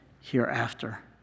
hereafter